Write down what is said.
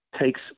takes